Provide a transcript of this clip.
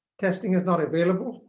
testing is not available